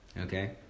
Okay